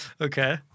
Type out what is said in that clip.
okay